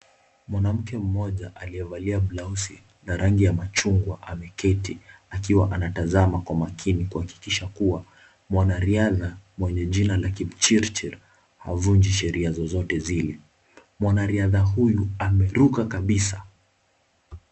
Mwanamke mmoja aliyevalia blausi ya rangi ya machungwa ameketi akiwa anatazama kwa makini kuhakikisha kua mwana riadha mwenye jina ya Kipchirchir havunji sheria zozote zile, mwanariadha huyu ameruka kabisa.